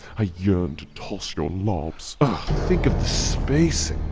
ah yearn to toss your lobs think of the spacing!